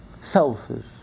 selfish